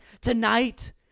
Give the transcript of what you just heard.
Tonight